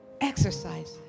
Exercise